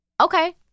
Okay